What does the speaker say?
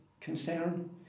concern